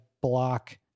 block